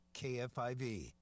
KFIV